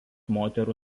moterų